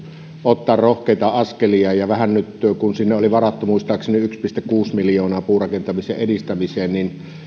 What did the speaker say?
ottaa rohkeita askelia kun sinne oli varattu muistaakseni yksi pilkku kuusi miljoonaa puurakentamisen edistämiseen niin